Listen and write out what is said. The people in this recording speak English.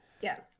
Yes